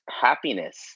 happiness